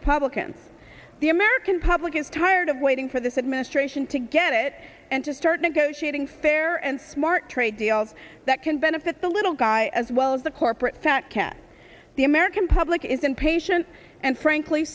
republicans the american public is tired of waiting for this administration to get it and to start negotiating fair and smart trade deals that can benefit the little guy as well as the corporate fat cat the american public is impatient and frankly